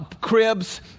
cribs